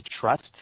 trust